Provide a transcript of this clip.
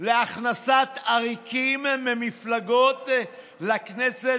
להכנסת עריקים ממפלגות לכנסת,